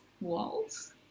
Walls